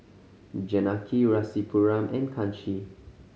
Janaki Rasipuram and Kanshi